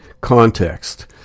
context